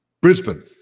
Brisbane